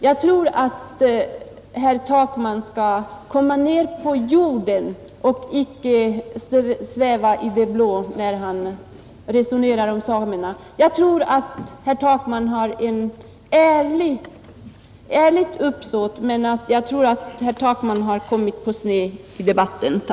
Jag tror att herr Takman har ett ärligt uppsåt, men han bör komma ned på jorden och inte sväva i det blå när han resonerar om samerna.